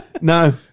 No